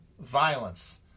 violence